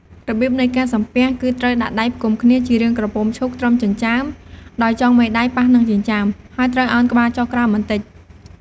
របៀបនៃការសំពះគឺត្រូវដាក់ដៃផ្គុំគ្នាជារាងក្រពុំឈូកត្រឹមចិញ្ចើម ដោយចុងមេដៃប៉ះនឹងចិញ្ចើម ហើយត្រូវឱនក្បាលចុះក្រោមបន្តិច។